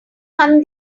hunt